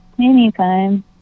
Anytime